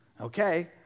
Okay